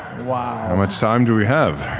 how much time do we have?